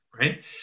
right